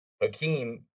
Hakeem